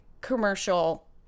commercial